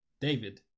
David